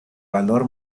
valor